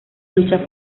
lucha